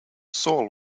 saul